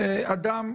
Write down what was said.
אדם,